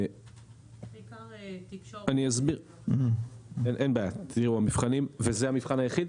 בעיקר תקשורת --- וזה המבחן היחיד?